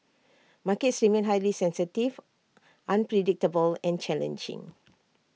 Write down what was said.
markets remain highly sensitive unpredictable and challenging